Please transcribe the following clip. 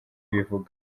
ibivuga